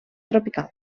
tropical